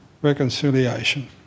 Reconciliation